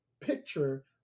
picture